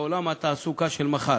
לעולם התעסוקה של מחר.